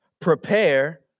Prepare